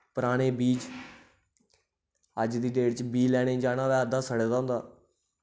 पराने बीज अज्ज दी डेट च बी लैने जाना होऐ अद्धा सड़े दा होंदा